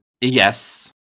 yes